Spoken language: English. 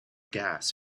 gas